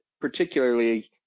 particularly